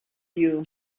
you